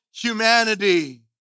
humanity